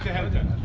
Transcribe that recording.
have done